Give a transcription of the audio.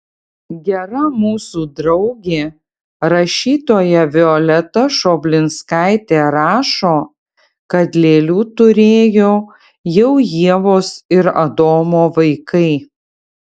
gera mūsų draugė rašytoja violeta šoblinskaitė rašo kad lėlių turėjo jau ievos ir adomo vaikai